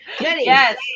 Yes